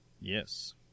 Yes